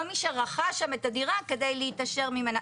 לא מי שרכש שם את הדירה כדי להתעשר ממנה.